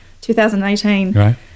2018